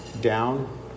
down